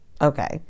okay